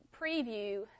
preview